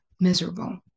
miserable